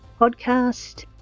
podcast